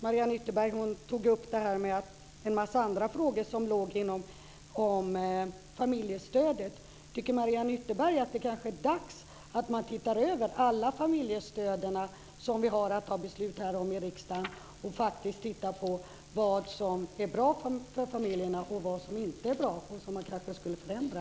Mariann Ytterberg tog upp en massa andra frågor som gäller familjestödet. Tycker Mariann Ytterberg kanske att det är dags att titta över alla de familjestöd som vi har att ta beslut om här i riksdagen och undersöka vad som faktiskt är bra för familjerna och vad som inte är bra och vad man kanske skulle förändra?